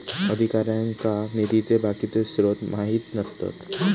अधिकाऱ्यांका निधीचे बाकीचे स्त्रोत माहित नसतत